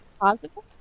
positive